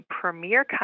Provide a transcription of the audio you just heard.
premier